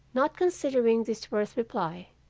not considering this worth reply,